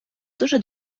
дуже